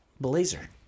Blazer